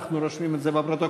אנחנו רושמים את זה בפרוטוקול.